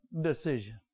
decision